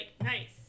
nice